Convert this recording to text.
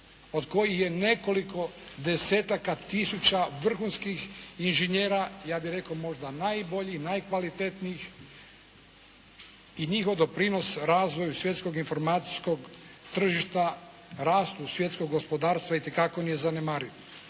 od kojih je nekoliko desetaka tisuća vrhunskih inženjera ja bih rekao, možda najboljih, najkvalitetnijih i njihov doprinos razvoju svjetskog informacijskog tržišta rastu svjetskog gospodarstva itekako nije zanemariv.